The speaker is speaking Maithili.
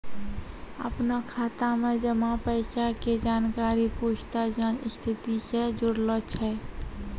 अपनो खाता मे जमा पैसा के जानकारी पूछताछ जांच स्थिति से जुड़लो छै